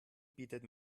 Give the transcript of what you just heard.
bietet